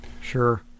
sure